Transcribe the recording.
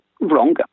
wrong